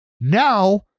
Now